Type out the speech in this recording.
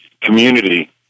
community